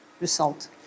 result